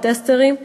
הטסטרים.